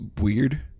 weird